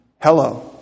Hello